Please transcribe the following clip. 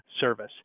Service